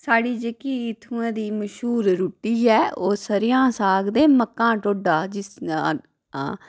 साढ़ी जेह्की इत्थुआं दी मश्हूर रुट्टी ऐ ओह् स'रेआं दा साग ते मक्कां दा ढोड्डा जिसी